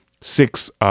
six